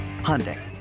Hyundai